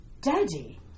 Daddy